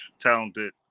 talented